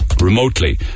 remotely